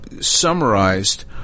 summarized